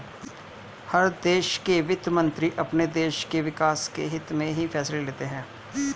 हर देश के वित्त मंत्री अपने देश के विकास के हित्त में ही फैसले लेते हैं